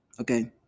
okay